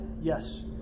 yes